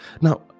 Now